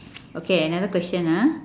okay another question ah